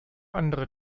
andere